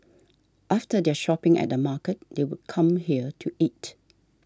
after their shopping at the market they would come here to eat